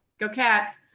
go cats!